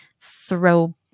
throw